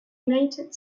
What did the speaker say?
united